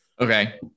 Okay